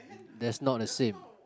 that's not the same